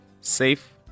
safe